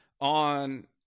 on